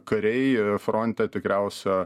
kariai fronte tikriausia